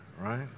right